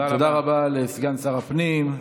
תודה רבה לסגן שר הפנים.